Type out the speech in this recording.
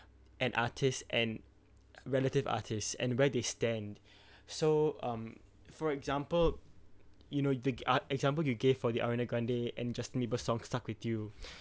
an artist and relative artists and where they stand so um for example you know the uh example you gave for the ariana grande and justin bieber song stuck with you